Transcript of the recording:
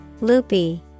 Loopy